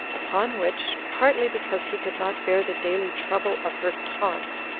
upon which, partly because he could not bear the daily trouble of her taunts,